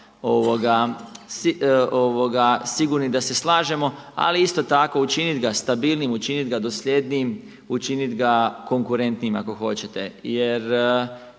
sigurni da se slažemo, ali isto tako učiniti ga stabilnijim, učiniti ga dosljednijim, učiniti ga konkurentnijim ako hoćete.